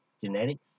genetics